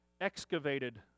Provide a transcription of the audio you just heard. excavated